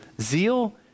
Zeal